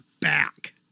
back